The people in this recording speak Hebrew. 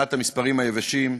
מבחינת המספרים היבשים,